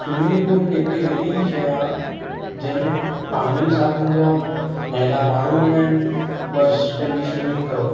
swimming pool जेके अहिड़ी शइ आहे जंहिं में पाणी बि साफ़ु हूंदो आहे नेडा माण्हू हूंदा आहिनि बसि पंहिंजी स्विमिंग करो